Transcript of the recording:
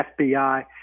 FBI